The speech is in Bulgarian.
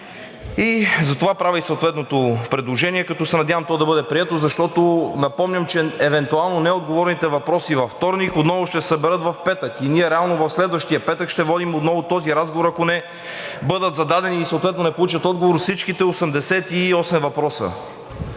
Затова правя и съответното предложение, като се надявам то да бъде прието, защото напомням, че евентуално неотговорените въпроси във вторник ще се съберат в петък и ние реално следващия петък ще водим отново този разговор, ако не бъдат зададени и съответно не получат отговор всичките 88 въпроса.